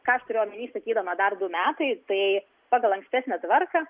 ką aš turiu omeny sakydama dar du metai tai pagal ankstesnę tvarką